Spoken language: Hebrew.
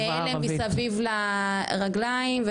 רימוני הלם מסביב לרגליים.